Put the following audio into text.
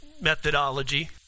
methodology